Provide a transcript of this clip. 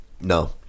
No